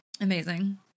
Amazing